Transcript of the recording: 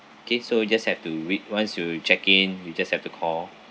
okay so you just have to wait once you check in you just have to call